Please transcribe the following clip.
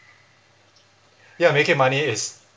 ya making money is